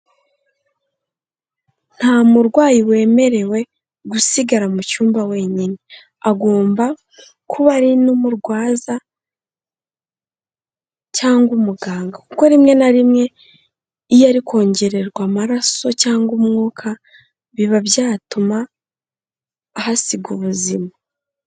Nta murwayi wemerewe, gusigara mu cyumba wenyine, agomba kuba ari n'umurwaza cyangwa umuganga, kuko rimwe na rimwe, iyo ari kongererwa amaraso cyangwa umwuka, biba byatuma ahasiga ubuzima.